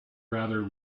rather